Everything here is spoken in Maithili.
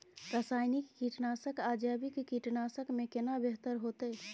रसायनिक कीटनासक आ जैविक कीटनासक में केना बेहतर होतै?